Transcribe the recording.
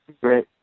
Great